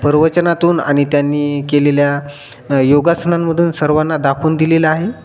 प्रवचनातून आणि त्यांनी केलेल्या योगासनांमधून सर्वांना दाखवून दिलेला आहे